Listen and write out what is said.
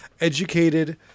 educated